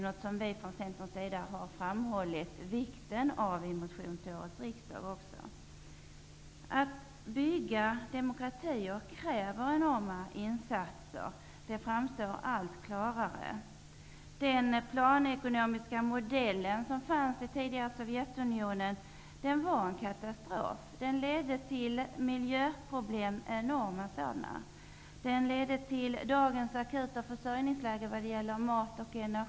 Vi i Centern har framhållit vikten av detta i en motion till detta riksmöte. Att bygga upp demokratier kräver enorma insatser. Det framstår allt klarare. Den planekonomiska modell som fanns i det tidigare Sovjetunionen var en katastrof. Den ledde till enorma miljöproblem och till dagens akuta försörjningsläge vad gäller mat och energi.